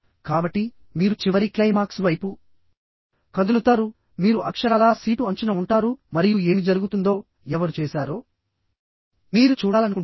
కాబట్టి మీరు చివరి క్లైమాక్స్ వైపు కదులుతారు మీరు అక్షరాలా సీటు అంచున ఉంటారు మరియు ఏమి జరుగుతుందో ఎవరు చేశారో మీరు చూడాలనుకుంటున్నారు